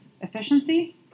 efficiency